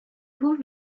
your